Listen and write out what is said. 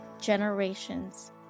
generations